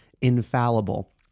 infallible